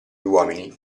uomini